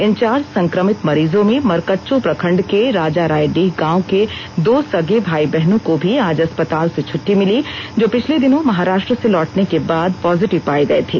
इन चार संक्रमित मरीजों में मरकच्चो प्रखंड के राजारायडीह गांव के दो सगे भाई बहनों को भी आज अस्पताल से छट्टी मिली जो पिछले दिनों महाराष्ट्र से लौटने के बाद पॉजिटिव पाए गए थे